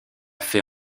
fait